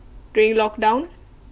during lock down